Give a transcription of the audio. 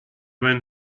when